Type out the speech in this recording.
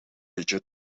liedje